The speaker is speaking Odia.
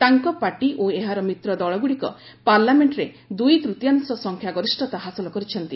ତାଙ୍କ ପାର୍ଟି ଓ ଏହାର ମିତ୍ର ଦଳଗୁଡ଼ିକ ପାର୍ଲାମେଣ୍ଟରେ ଦୁଇ ତୃତୀୟାଂଶ ସଂଖ୍ୟା ଗରିଷ୍ଠତା ହାସଲ କରିଛନ୍ତି